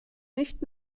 nicht